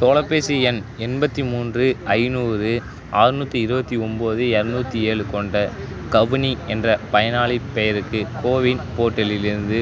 தொலைபேசி எண் எண்பத்தி மூன்று ஐநூறு அர்நூத்தி இருபத்தி ஒன்பது இரநூத்தி ஏழு கொண்ட கவினி என்ற பயனாளிப் பெயருக்கு கோவின் போர்ட்டலிலிருந்து